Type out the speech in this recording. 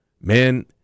man